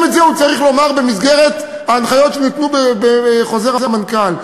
גם את זה הוא צריך לומר במסגרת ההנחיות שניתנו בחוזר המנכ"ל,